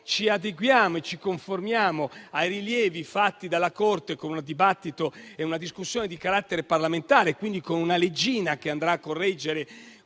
ci adeguiamo e ci conformiamo ai rilievi fatti dalla Corte con una discussione di carattere parlamentare, quindi con una leggina che andrà a correggere